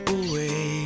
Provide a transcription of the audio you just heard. away